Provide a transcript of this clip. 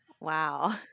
Wow